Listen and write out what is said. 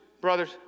brothers